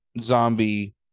Zombie